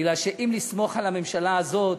בגלל שאם לסמוך על הממשלה זאת,